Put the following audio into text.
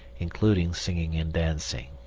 including singing and dancing.